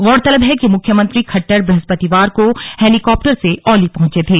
गौरतलब है कि मुख्यमंत्री खट्टर ब्रहस्पतिवार को हेलीकॉप्टर से औली पहंचे थे